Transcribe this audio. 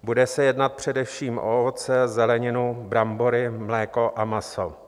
Bude se jednat především o ovoce, zeleninu, brambory, mléko a maso.